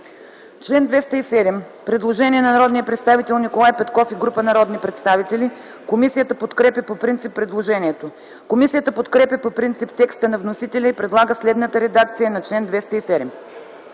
чл. 210 има предложение от народния представител Николай Петков и група народни представители. Комисията подкрепя по принцип предложението. Комисията подкрепя по принцип текста на вносителя и предлага следната редакция на чл. 210: